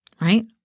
right